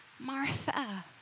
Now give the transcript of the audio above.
Martha